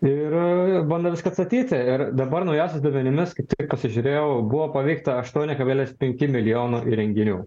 ir bando viską atstatyti ir dabar naujausiais duomenimis kaip tik pasižiūrėjau buvo paveikta aštuoni kablelis penki milijono įrenginių